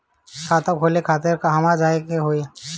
खाता खोले खातिर कहवा जाए के होइ?